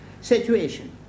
situation